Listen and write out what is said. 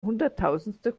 hunderttausendster